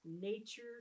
nature